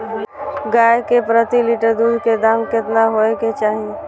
गाय के प्रति लीटर दूध के दाम केतना होय के चाही?